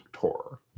tour